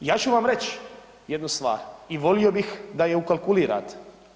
Ja ću vam reći jednu stvar i volio bih da je ukalkulirate.